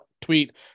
tweet